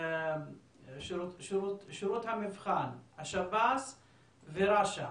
שירות המבחן, השב"ס ורש"א,